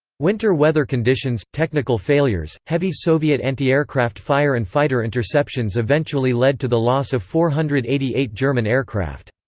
winter weather conditions, technical failures, heavy soviet anti-aircraft fire and fighter interceptions eventually led to the loss of four hundred and eighty eight german aircraft.